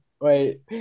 Wait